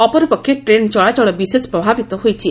ଅପରପକ୍ଷେ ଟ୍ରେନ୍ ଚଳାଚଳ ବିଶେଷ ପ୍ରଭାବିତ ହୋଇଛି